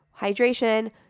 hydration